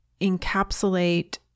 encapsulate